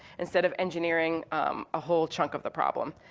instead of engineering a whole chunk of the problem.